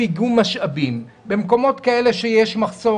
לנציג משרד